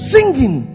Singing